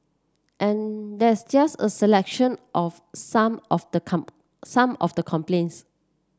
and that's just a selection of some of the come some of the complaints